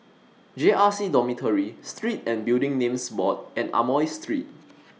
J R C Dormitory Street and Building Names Board and Amoy Street